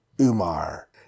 Umar